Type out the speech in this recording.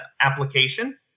application